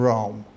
Rome